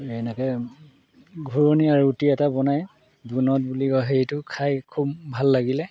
এনেকৈ ঘূৰণীয়া আৰু ৰুটি এটা বনায় ডোনট বুলি কয় সেইটো খাই খুব ভাল লাগিলে